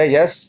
Yes